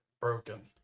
Broken